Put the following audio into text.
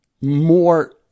more